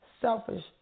selfish